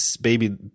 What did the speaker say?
baby